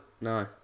No